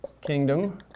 kingdom